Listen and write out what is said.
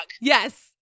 yes